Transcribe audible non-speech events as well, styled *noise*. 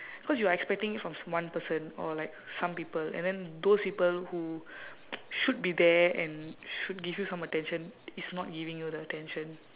because you are expecting it from one person or like some people and then those people who *noise* should be there and should give you some attention is not giving you the attention